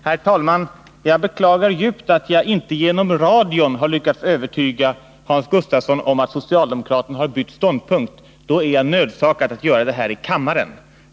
Herr talman! Jag beklagar djupt att jag inte genom radion har lyckats övertyga Hans Gustafsson om att socialdemokraterna har bytt ståndpunkt. Då är jag nödsakad att göra det här i kammaren.